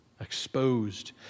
exposed